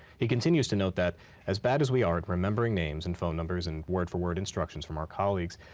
he continues to note that as bad as we are at remembering names and phone numbers and word for word instructions from our colleagues,